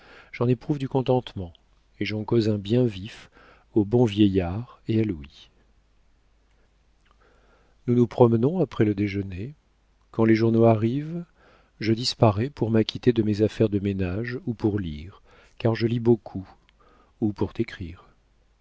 j'en éprouve du contentement et j'en cause un bien vif au bon vieillard et à louis nous nous promenons après le déjeuner quand les journaux arrivent je disparais pour m'acquitter de mes affaires de ménage ou pour lire car je lis beaucoup ou pour t'écrire